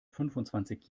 fünfundzwanzig